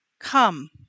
Come